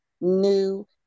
new